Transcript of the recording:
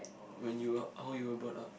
when you are how you were brought up